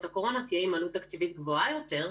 הקורונה תהיה עם עלות תקציבית גבוהה יותר,